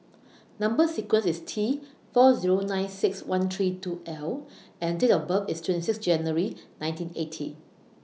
Number sequence IS T four Zero nine six one three two L and Date of birth IS twenty six January nineteen eighty